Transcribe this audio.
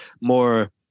more